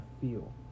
feel